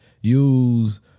use